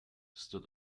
stood